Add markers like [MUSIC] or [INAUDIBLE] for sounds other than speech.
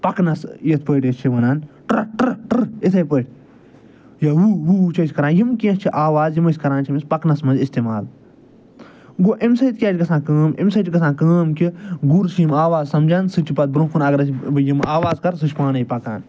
پَکنَس یِتھ پٲٹھۍ أسۍ چھِ وَنان ٹٕر ٹٕر ٹٕر یِتھَے پٲٹھۍ یا وُہ وُہ وُہ چھِ أسۍ کران یِم کیٚنٛہہ چھِ آواز یِم أسۍ کران چھِ أمِس پَکنِس منٛز اِستعمال گوٚو اَمہِ سۭتۍ کیٛاہ چھِ گژھان کٲم اَمہِ سۭتۍ چھِ گژھان کٲم کہِ گُر چھِ یِم آواز سَمجھان سُہ تہِ چھِ پَتہٕ برٛونٛہہ کُن اَگر أسۍ [UNINTELLIGIBLE] بہٕ یِم آواز کَرٕ سُہ چھِ پانَے پَکان